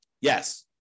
Yes